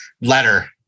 letter